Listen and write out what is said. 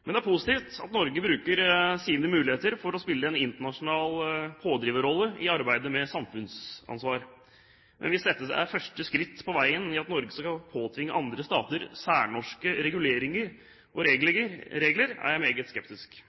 Det er positivt at Norge bruker sine muligheter for å spille en internasjonal pådriverrolle i arbeidet med samfunnsansvar. Men hvis dette er første skritt på veien mot at Norge skal påtvinge andre stater særnorske reguleringer og regler, er jeg meget skeptisk.